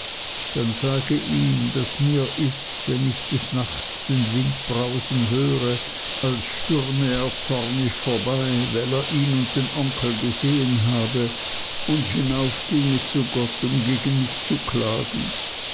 dann sage ihm daß mir ist wenn ich des nachts den wind drausen höre als stürme er zornig vorbei weil er ihn und den onkel gesehen habe und hinauf ginge zu gott um gegen mich zu klagen